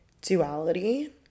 duality